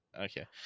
okay